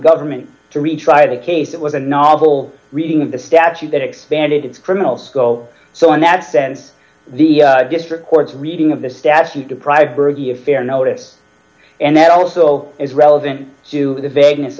government to retry the case it was a novel reading the statute that expanded criminals go so in that sense the get for courts reading of the statute deprive birdie a fair notice and that also is relevant to the vagueness